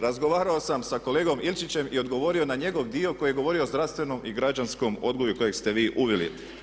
Razgovarao sam sa kolegom Ilčićem i odgovorio na njegov dio koji je govorio o zdravstvenom i građanskom odgoju kojeg ste vi uveli.